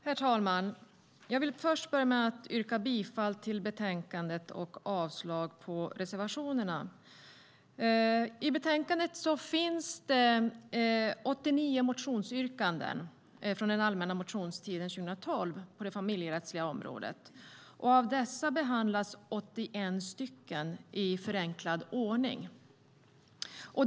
Herr talman! Jag vill börja med att yrka bifall till förslaget i betänkandet och avslag på reservationerna. I betänkandet finns det 89 motionsyrkanden från den allmänna motionstiden 2012 på det familjerättsliga området. Av dessa behandlas 81 i förenklad ordning.